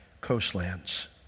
coastlands